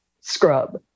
scrub